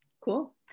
Cool